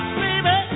baby